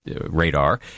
radar